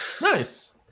Nice